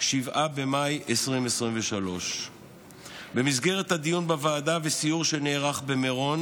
7 במאי 2023. במסגרת הדיון בוועדה וסיור שנערך במירון